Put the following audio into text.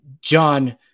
John